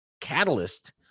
catalyst